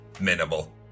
minimal